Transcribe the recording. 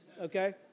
Okay